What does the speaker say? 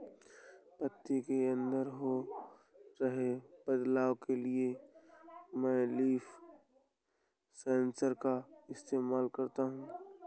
पत्ती के अंदर हो रहे बदलाव के लिए मैं लीफ सेंसर का इस्तेमाल करता हूँ